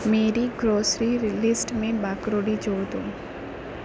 میری grocery list میں باکروڈی جوڑ دو